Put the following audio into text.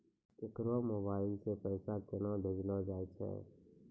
केकरो मोबाइल सऽ पैसा केनक भेजलो जाय छै?